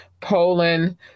Poland